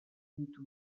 ditu